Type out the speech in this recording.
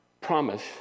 promise